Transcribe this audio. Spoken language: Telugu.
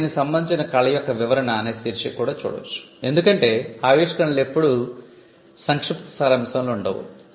అప్పుడు దీనికి సంబంధించిన కళ యొక్క వివరణ అనే శీర్షిక కూడా ఉండవచ్చు ఎందుకంటే ఆవిష్కరణలు ఎప్పుడూ సంక్షిప్త సారాంశంలో ఉండవు